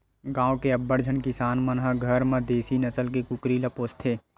गाँव के अब्बड़ झन किसान मन ह घर म देसी नसल के कुकरी ल पोसथे